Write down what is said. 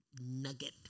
nugget